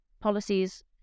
policies